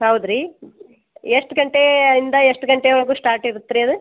ಹೌದು ರೀ ಎಷ್ಟು ಗಂಟೆಯಿಂದ ಎಷ್ಟು ಗಂಟೆವರ್ಗೂ ಸ್ಟಾರ್ಟ್ ಇರುತ್ತೆ ರೀ ಅದು